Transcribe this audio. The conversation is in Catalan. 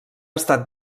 estat